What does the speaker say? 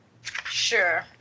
Sure